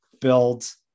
build